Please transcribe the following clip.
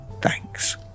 thanks